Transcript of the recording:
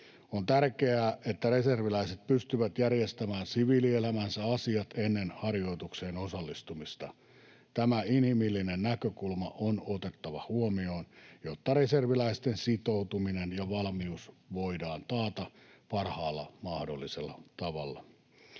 On tärkeää, että reserviläiset pystyvät järjestämään siviilielämänsä asiat ennen harjoitukseen osallistumista. Tämä inhimillinen näkökulma on otettava huomioon, jotta reserviläisten sitoutuminen ja valmius voidaan taata parhaalla mahdollisella tavalla.